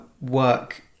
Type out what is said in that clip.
Work